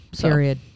Period